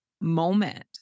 moment